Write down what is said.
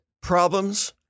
problems